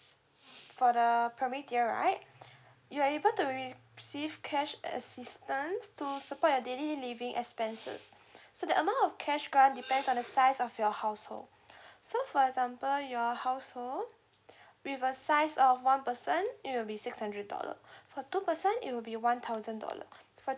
for the primary tier right you are able to receive cash at assistance to support your daily living expenses so the amount of cash count depends on the size of your household so for example your household with a size of one person it will be six hundred dollar for two person it will be one thousand dollar for